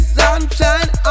sunshine